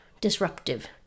disruptive